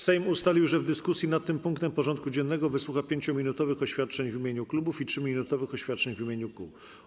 Sejm ustalił, że w dyskusji nad tym punktem porządku dziennego wysłucha 5-minutowych oświadczeń w imieniu klubów i 3-minutowych oświadczeń w imieniu kół.